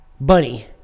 Bunny